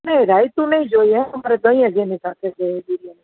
નહીં રાયતું નહીં જોઈએ દહીં જ એની સાથે જોઈએ બિરિયાની